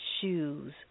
shoes